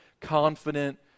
confident